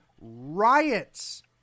riots